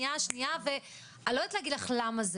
שניה" ואני לא יודעת להגיד לך למה זה,